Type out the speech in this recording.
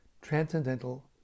Transcendental